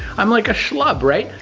i'm like a schlub, right?